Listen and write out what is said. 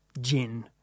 Jin